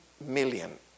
million